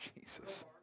Jesus